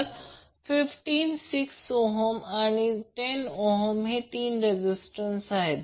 तर 15 6 ohm आणि 10 ohm हे तीन रेजिस्टन्स आहेत